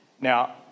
Now